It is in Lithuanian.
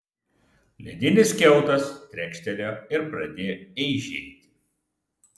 ledinis kiautas trekštelėjo ir pradėjo eižėti